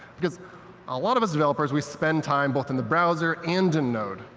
because a lot of us developers, we spend time both in the browser and in node.